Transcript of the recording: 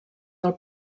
del